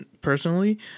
personally